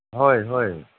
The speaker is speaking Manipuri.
ꯍꯣꯏ ꯍꯣꯏ